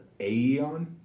Aeon